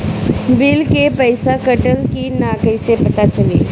Bill के पइसा कटल कि न कइसे पता चलि?